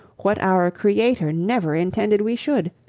what our creator never intended we should,